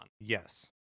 Yes